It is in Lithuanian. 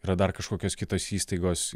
yra dar kažkokios kitos įstaigos